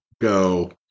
go